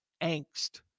angst